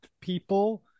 people